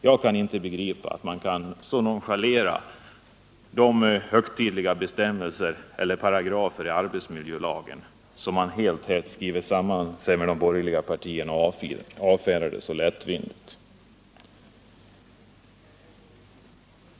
Jag kan inte begripa att man så kan nonchalera de högtidliga paragraferna i arbetsmiljölagen som socialdemokraterna gör när de skriver sig samman med de borgerliga partierna och lättvindigt avfärdar detta problem.